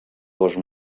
bosc